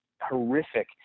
horrific